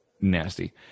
nasty